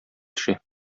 төшә